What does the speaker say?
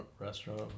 restaurant